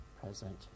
present